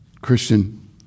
Christian